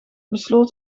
besloot